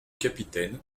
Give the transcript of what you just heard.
capitaine